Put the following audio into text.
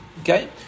Okay